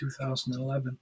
2011